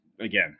again